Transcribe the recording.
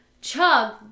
chug